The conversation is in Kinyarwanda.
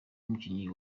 umukinnyi